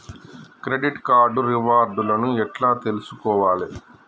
Credit card reward లను ఎట్ల తెలుసుకోవాలే?